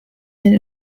and